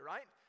Right